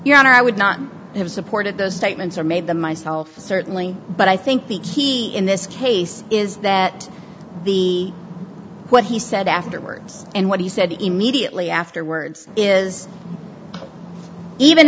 your honor i would not have supported those statements or made them myself certainly but i think the key in this case is that the what he said afterwards and what he said immediately afterwards is even